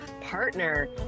partner